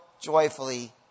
joyfully